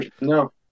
no